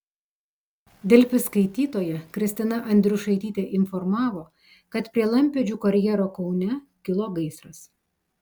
delfi skaitytoja kristina andriušaitytė informavo kad prie lampėdžių karjero kaune kilo gaisras